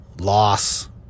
loss